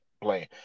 playing